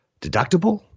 deductible